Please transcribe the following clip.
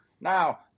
Now